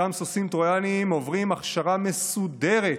אותם סוסים טרויאניים עוברים הכשרה מסודרת